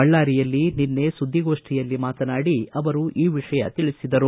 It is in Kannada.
ಬಳ್ಳಾರಿಯಲ್ಲಿ ನಿನ್ನೆ ಸುದ್ದಿಗೋಷ್ಠಿಯಲ್ಲಿ ಮಾತನಾಡಿದ ಅವರು ಈ ವಿಷಯ ತಿಳಿಸಿದರು